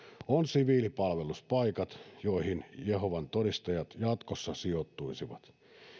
ovat siviilipalveluspaikat joihin jehovan todistajat jatkossa sijoittuisivat